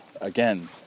again